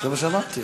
תודה לך,